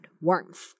warmth